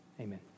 amen